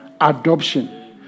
adoption